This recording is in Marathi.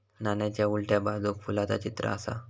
नाण्याच्या उलट्या बाजूक फुलाचा चित्र आसा